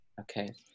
Okay